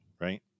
right